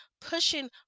pushing